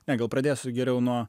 ne gal pradėsiu geriau nuo